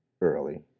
early